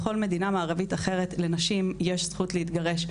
בכל מדינה מערבית אחרת לנשים יש זכות להתגרש,